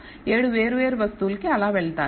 7 వేర్వేరు వస్తువులకి అలా వెళ్తారు